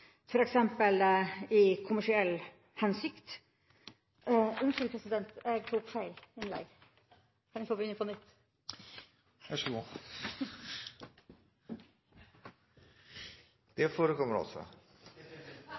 f.eks. i kommersiell hensikt … Unnskyld, president! Jeg har tatt feil innlegg! Kan jeg få begynne på nytt? Ja, vær så god